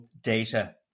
data